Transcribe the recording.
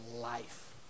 life